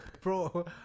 Bro